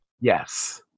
Yes